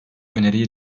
öneriyi